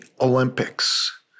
Olympics